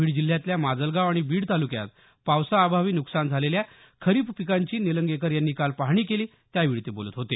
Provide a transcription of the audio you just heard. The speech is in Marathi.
बीड जिल्ह्यातल्या माजलगाव आणि बीड तालुक्यात पावसाअभावी नुकसान झालेल्या खरीप पिकांची निलंगेकर यांनी काल पाहणी केली त्यावेळी ते बोलत होते